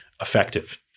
effective